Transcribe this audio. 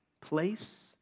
place